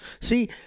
See